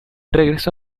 regresó